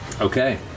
Okay